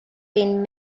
been